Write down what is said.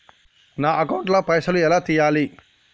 నా అకౌంట్ ల పైసల్ ఎలా తీయాలి?